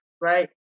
right